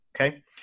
Okay